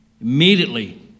Immediately